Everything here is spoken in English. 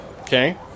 Okay